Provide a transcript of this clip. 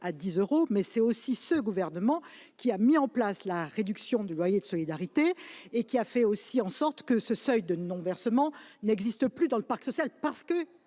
à 10 euros, mais c'est aussi lui qui a mis en place la réduction de loyer de solidarité et qui a fait en sorte que le seuil de non-versement n'existe plus dans le parc social, en